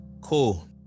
Cool